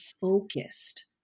focused